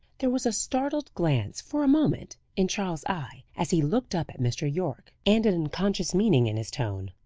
there was a startled glance for a moment in charles's eye, as he looked up at mr. yorke, and an unconscious meaning in his tone.